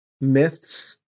myths